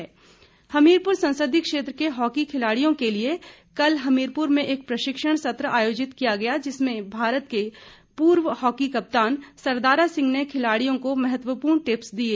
hockey Hamirpur संसदीय क्षेत्र के हॉकी खिलाड़ियों के लिए कल हमीरपुर में एक प्रशिक्षण सत्र आयोजित किया गया जिसमें भारत के पूर्व हॉकी कप्तान सरदारा सिंह ने खिलाड़ियों को महत्वपूर्ण टिप्स दिए